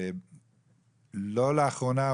ולא לאחרונה,